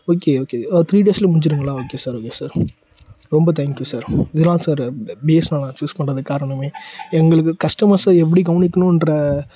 okay okay three டேஸில் முடிஞ்சிடுங்களா okay sir okay sir ரொம்ப தேங்க்யூ சார் இதலாம் சாரு ப பிஎஸ்என்எல் நான் சூஸ் பண்ணுறதுக்கு காரணமே எங்களுக்கு கஸ்டமர்ஸை எப்படி கவனிக்கணும்ன்ற